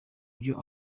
byo